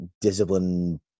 discipline